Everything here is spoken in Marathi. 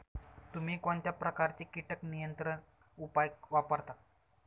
तुम्ही कोणत्या प्रकारचे कीटक नियंत्रण उपाय वापरता?